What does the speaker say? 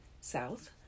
south